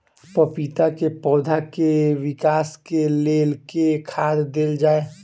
पपीता केँ पौधा केँ विकास केँ लेल केँ खाद देल जाए?